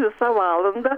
visą valandą